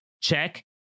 Check